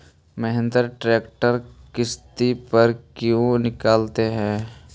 Mahindra tractor किसति पर क्यों निकालते हैं?